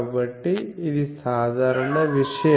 కాబట్టి ఇది సాధారణ విషయం